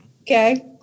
okay